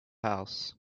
house